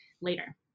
later